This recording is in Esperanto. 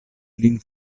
lin